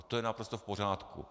A to je naprosto v pořádku.